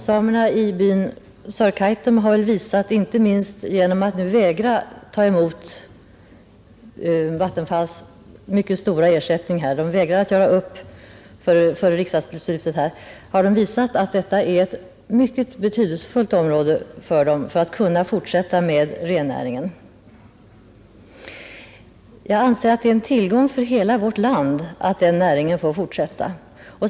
Samerna i byn Sörkaitum har väl, inte minst genom att nu vägra ta emot Vattenfalls mycket stora ersättning och därmed göra upp före riksdagsbeslutet, visat att detta är ett mycket betydelsefullt område för dem, om de skall kunna fortsätta med rennäringen. Jag anser att det är en tillgång för hela vårt land att den näringen får fortsätta.